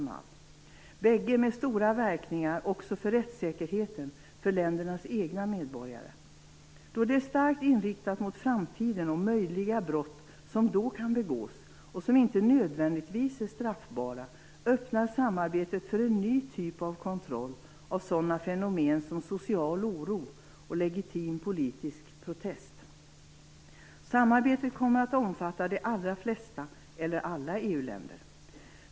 Dessa båda har stora verkningar också för rättssäkerheten för ländernas egna medborgare. Då samarbetet är starkt inriktat mot framtiden och möjliga brott som då kan begås och som inte nödvändigvis är straffbara, öppnar det för en ny typ av kontroll av sådana fenomen som social oro och legitim politisk protest. Samarbetet kommer att omfatta de allra flesta eller alla EU-länder.